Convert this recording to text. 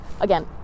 again